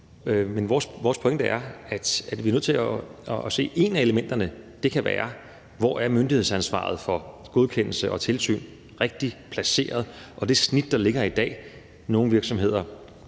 men vores pointe er, at vi er nødt til at se, at et af elementerne kan være: Hvor er myndighedsansvaret for godkendelse og tilsyn rigtigt placeret? Hvad angår det snit, der ligger i dag, ligger